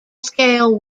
scale